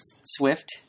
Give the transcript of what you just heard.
Swift